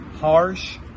harsh